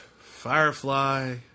Firefly